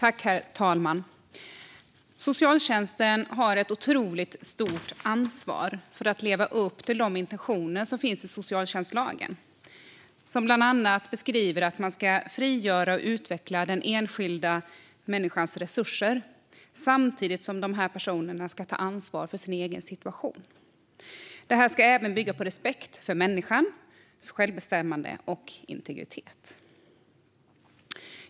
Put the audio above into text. Herr talman! Socialtjänsten har ett otroligt stort ansvar för att leva upp till de intentioner som finns i socialtjänstlagen, som bland annat beskriver att man ska frigöra och utveckla den enskilda människans resurser samtidigt som dessa personer ska ta ansvar för sin egen situation. Detta ska även bygga på respekt för människans självbestämmande och integritet.